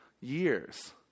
years